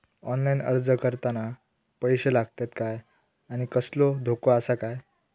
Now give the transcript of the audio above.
Online अर्ज करताना पैशे लागतत काय आनी कसलो धोको आसा काय?